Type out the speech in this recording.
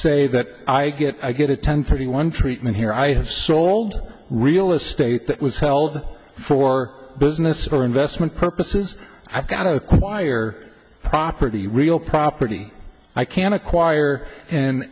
say that i get i get a ten thirty one treatment here i have sold real estate that was held for business or investment purposes i've got to acquire property real property can acquire